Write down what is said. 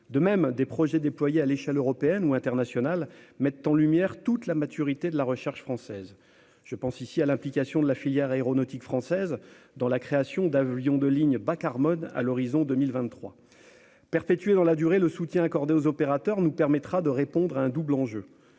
De même, des projets déployés à l'échelle européenne ou internationale mettent en lumière la maturité de la recherche française ; je pense ici à l'implication de la filière aéronautique française dans la création d'avions de ligne bas-carbone à l'horizon 2023. Perpétuer dans la durée le soutien accordé aux opérateurs nous permettra de répondre à un double enjeu.